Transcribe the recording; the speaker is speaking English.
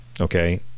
okay